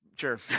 sure